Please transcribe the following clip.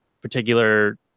particular